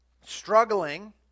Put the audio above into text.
struggling